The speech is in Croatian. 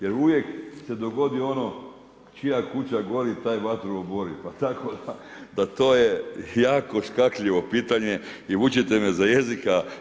Jer uvijek se dogodi ono čija kuća gori taj vatru obori, pa tako da to je jako škakljivo pitanje i vučete me za jezik.